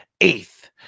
eighth